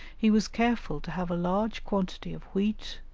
he was careful to have a large quantity of wheat,